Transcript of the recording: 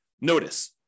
notice